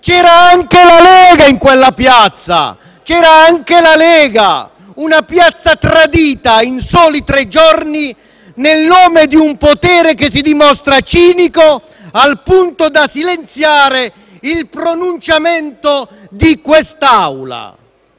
C'era anche la Lega in quella piazza, c'era anche la Lega. Una piazza tradita in soli tre giorni nel nome di un potere che si dimostra cinico al punto da silenziare il pronunciamento di quest'Aula.